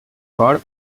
cor